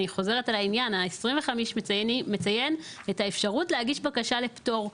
אני חוזרת על העניין: ה-25 מיליארד מציין את האפשרות להגיש בקשה לפטור.